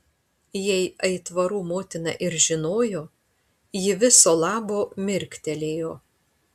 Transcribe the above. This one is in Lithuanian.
jei aitvarų motina ir žinojo ji viso labo mirktelėjo